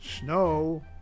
snow